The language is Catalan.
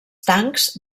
tancs